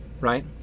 right